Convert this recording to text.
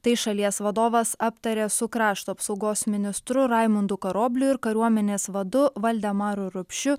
tai šalies vadovas aptarė su krašto apsaugos ministru raimundu karobliu ir kariuomenės vadu valdemaru rupšiu